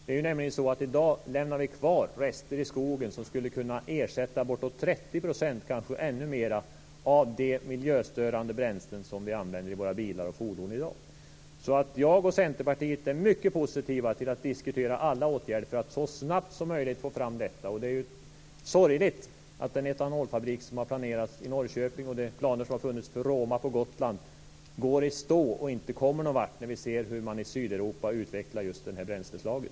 Det är nämligen så att i dag lämnar vi kvar rester i skogen som skulle kunna ersätta bortåt 30 %, och kanske ännu mer, av de miljöstörande bränslen som vi använder i våra bilar och fordon i dag. Jag och Centerpartiet är mycket positiva till att diskutera alla åtgärder för att så snabbt som möjligt få fram detta. Det är sorgligt att den etanolfabrik som har planerats i Norrköping och de planer som har funnits för Roma på Gotland går i stå och inte kommer någonvart samtidigt som vi ser hur man i Sydeuropa utvecklar just det här bränsleslaget.